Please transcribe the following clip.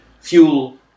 fuel